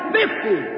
fifty